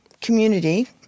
community